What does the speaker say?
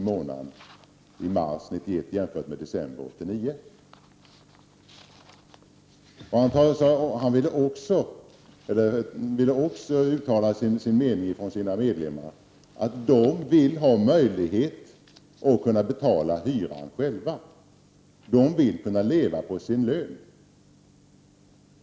i mars 1991 — detta jämfört med december 1989. Han uttalade också att det var medlemmarnas mening att de själva skall kunna betala hyran. De vill att det skall finnas möjligheter att leva på sin lön.